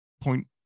point